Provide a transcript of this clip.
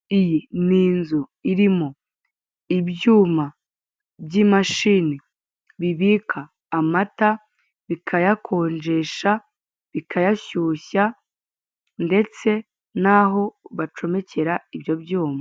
Iyi ni inzu irimo ibyuma by'imashini bibika amata bikayakonjesha, bikayashyushya ndetse naho bacomekera ibyo byuma.